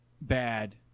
bad